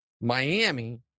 Miami